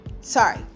Sorry